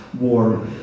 war